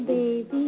Baby